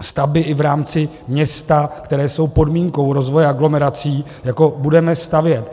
stavby i v rámci města, které jsou podmínkou rozvoje aglomerací, budeme stavět.